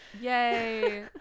Yay